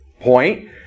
point